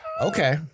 Okay